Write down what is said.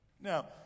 Now